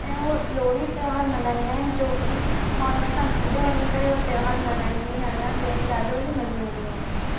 ऐं उहो लोहड़ी त्योहार मल्हाईंदा आहिनि जो की मां हुननि सां गॾु वञी करे मां उहो त्योहार मल्हाईंदी आहियां जंहिंमें ॾाढो ई मज़ो ईंदो आहे